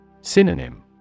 Synonym